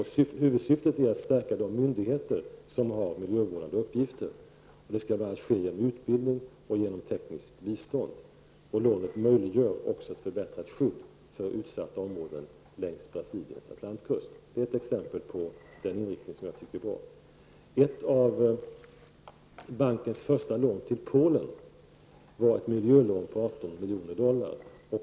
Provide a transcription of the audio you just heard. Huvudsyftet är att stärka de myndigheter som har miljövårdande uppgifter. Det skall bl.a. ske genom utbildning och tekniskt bistånd. Lånet möjliggör också ett förbättrat skydd för utsatta områden längs Brasiliens Atlantkust. Det är ett exempel på den inriktning som jag anser är bra. Ett av bankens första lån till Polen var ett miljölån på 18 miljoner dollar.